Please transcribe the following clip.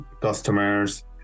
customers